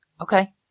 Okay